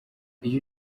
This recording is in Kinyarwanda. iyo